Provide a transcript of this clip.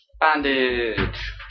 Bandage